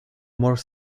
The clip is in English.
more